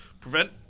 prevent